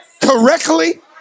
correctly